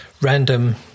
Random